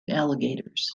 alligators